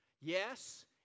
Yes